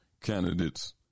candidates